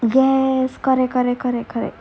yes correct correct correct correct